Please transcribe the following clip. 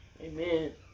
Amen